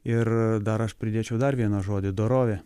ir dar aš pridėčiau dar vieną žodį dorovė